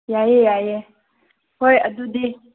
ꯌꯥꯏꯑꯦ ꯌꯥꯏꯑꯦ ꯍꯣꯏ ꯑꯗꯨꯗꯤ